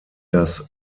das